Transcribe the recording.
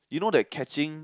you know that catching